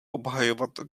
obhajovat